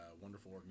wonderful